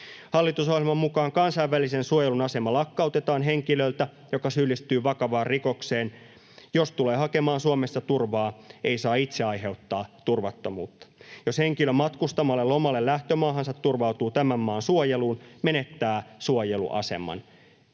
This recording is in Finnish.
Hallitusohjelman mukaan kansainvälisen suojelun asema lakkautetaan henkilöltä, joka syyllistyy vakavaan rikokseen. Jos tulee hakemaan Suomesta turvaa, ei saa itse aiheuttaa turvattomuutta. Jos henkilö matkustamalla lomalle lähtömaahansa turvautuu tämän maan suojeluun, menettää suojeluaseman